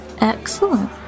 Excellent